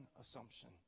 assumption